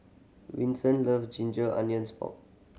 Vinson love ginger onions pork